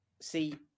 See